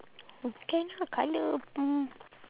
can ah colour mm